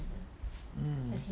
mm